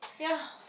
ya